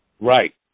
Right